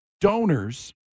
donors